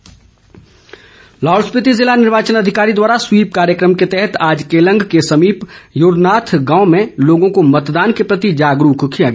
SVEEP कार्यक्रम लाहौल स्पिति जिला निर्वाचन विभाग द्वारा स्वीप कार्यक्रम के तहत आज केलंग के समीप युरनाथ गांव में लोगों को मतदान के प्रति जागरूक किया गया